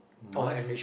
must